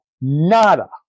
Nada